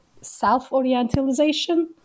self-orientalization